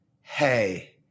hey